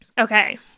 Okay